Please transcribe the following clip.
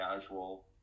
casual